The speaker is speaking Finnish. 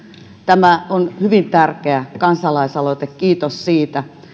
tämä on hyvin tärkeä kansalaisaloite kiitos siitä